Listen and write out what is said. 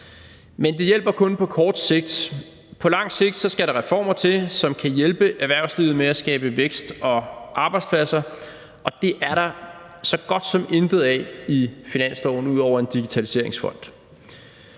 Men det hjælper kun på kort sigt. På lang sigt skal der reformer til, som kan hjælpe erhvervslivet med at skabe vækst og arbejdspladser, og det er der så godt som intet af i finansloven, ud over en digitaliseringsfond.